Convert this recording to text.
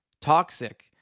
toxic